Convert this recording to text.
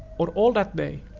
or all that day,